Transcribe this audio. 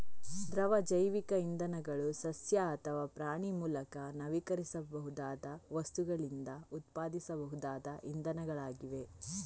ದ್ರವ ಜೈವಿಕ ಇಂಧನಗಳು ಸಸ್ಯ ಅಥವಾ ಪ್ರಾಣಿ ಮೂಲದ ನವೀಕರಿಸಬಹುದಾದ ವಸ್ತುಗಳಿಂದ ಉತ್ಪಾದಿಸಬಹುದಾದ ಇಂಧನಗಳಾಗಿವೆ